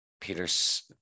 Peter's